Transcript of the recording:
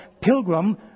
Pilgrim